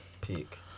peak